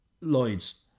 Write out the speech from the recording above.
Lloyd's